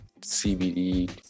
CBD